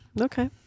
Okay